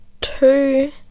two